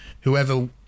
Whoever